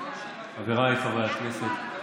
חבריי חברי הכנסת,